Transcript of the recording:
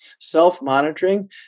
Self-monitoring